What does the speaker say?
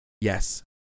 Yes